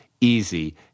easy